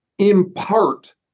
impart